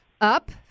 up